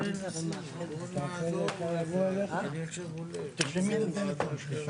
אני כבר תיכף עשר שנים נמצאת במאבק הזה.